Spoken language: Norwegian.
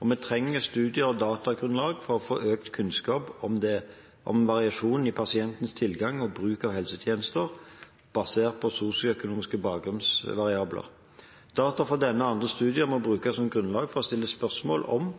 Vi trenger studier og datagrunnlag for å få økt kunnskap om det er variasjon i pasientens tilgang til og bruk av helsetjenester, basert på sosioøkonomiske bakgrunnsvariabler. Data fra denne og andre studier må brukes som grunnlag for å stille spørsmål om